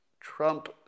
Trump